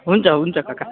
हुन्छ हुन्छ काका